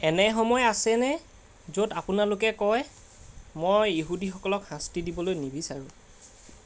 এনে সময় আছেনে য'ত আপোনালোকে কয় ''মই ইহুদীসকলক শাস্তি দিবলৈ নিবিচাৰোঁ